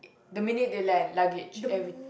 the minute they land luggage everything